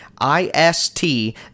I-S-T